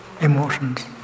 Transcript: emotions